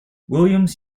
williams